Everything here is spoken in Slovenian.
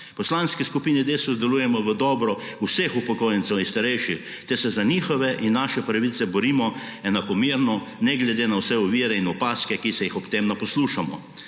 Poslanski skupini Desus delujemo v dobro vseh upokojencev in starejših ter se za njihove in naše pravice borimo enakomerno, ne glede na vse ovire in opazke, ki se jih ob tem naposlušamo,